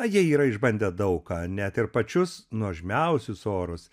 jie yra išbandę daug ką net ir pačius nuožmiausius orus